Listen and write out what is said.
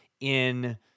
in-